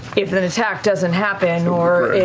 if an attack doesn't happen or if